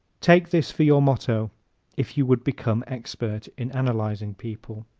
take this for your motto if you would become expert in analyzing people.